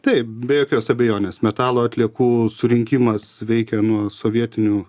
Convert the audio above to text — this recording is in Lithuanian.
taip be jokios abejonės metalo atliekų surinkimas veikia nuo sovietinių